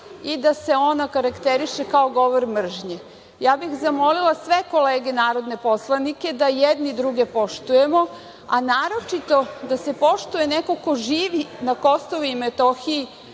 i da se ona karakteriše kao govor mržnje. Zamolila bih sve kolege narodne poslanike da jedni druge poštujemo, a naročito da se poštuje neko ko živi na Kosovu i Metohiji